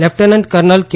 lieutenant colonel કે